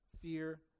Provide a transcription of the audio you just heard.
fear